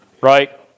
Right